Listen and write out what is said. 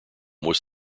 was